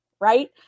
right